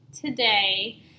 today